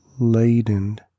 laden